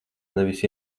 nevis